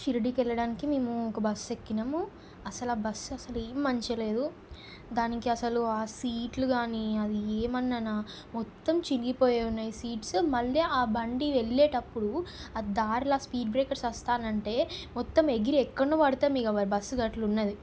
షిరిడికి వెళ్ళడానికి మేము ఒక బస్సు ఎక్కినము అసలు ఆ బస్సు అసలు ఏం మంచిగ లేదు దానికి అసలు ఆ సీట్లు కానీ అది ఏమన్నానా మొత్తం చినిగిపోయే ఉన్నాయి సీట్స్ మళ్ళీ ఆ బండి వెళ్లేటప్పుడు ఆ దారిల ఆ స్పీడ్ బేకర్స్ సస్తానంటే మొత్తం ఎగిరి ఎక్కడనో పడతాం ఇంకా బస్సు అట్లున్నది